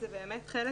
זה באמת חלק